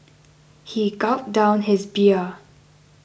he gulped down his beer